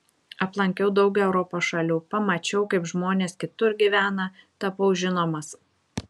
aplankiau daug europos šalių pamačiau kaip žmonės kitur gyvena tapau žinomas